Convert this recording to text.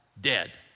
dead